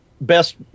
best